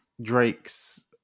Drake's